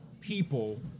people